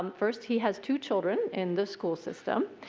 first he has two children in the school system.